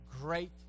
great